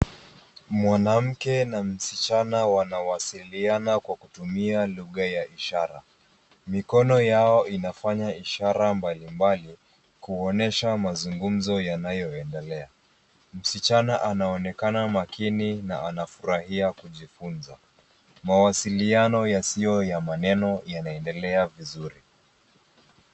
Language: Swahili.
Mwanamke na msichana wanawasiliana kwa kutumia lugha ya ishara. Mikono yao inafanya ishara mbalimbali kuonyesha mazungumzo yanayoendelea. Msichana anaonekana makini na anafurahia kujifunza. Mawasiliano yasiyo ya maneno yanaendelea vizuri.